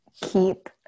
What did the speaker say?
keep